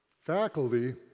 faculty